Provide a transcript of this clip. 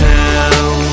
town